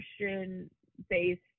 Christian-based